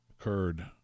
occurred